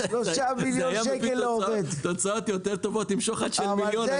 זה היה מביא לתוצאות יותר טובות עם שוחד של מיליון.